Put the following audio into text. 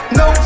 no